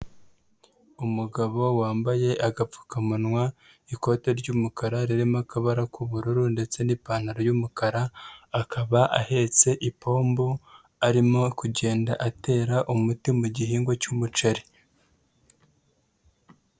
Umugabo wambaye agapfukamunwa ikote ry'umukara ririmo akabara k'ubururu ndetse n'ipantaro y'umukara, akaba ahetse ipombo arimo kugenda atera umuti mu gihingwa cy'umuceri.